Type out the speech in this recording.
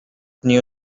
knew